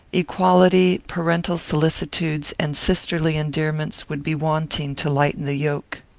equality, parental solicitudes, and sisterly endearments, would be wanting to lighten the yoke.